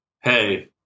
hey